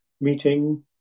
meeting